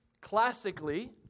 classically